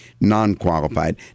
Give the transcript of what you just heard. non-qualified